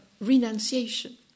renunciation